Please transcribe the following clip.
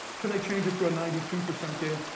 can they change it to a ninety-two percent game?